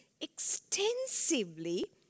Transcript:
extensively